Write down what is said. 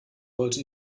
wollte